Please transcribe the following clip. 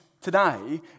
today